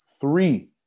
three